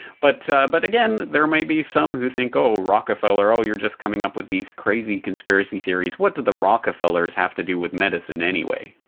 but but again there may be some who think oh, rockefeller. you're just coming up with these crazy conspiracy theories. what do the rockefellers have to do with medicine anyway?